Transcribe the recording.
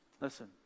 Listen